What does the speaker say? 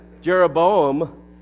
Jeroboam